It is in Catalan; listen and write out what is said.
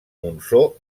montsó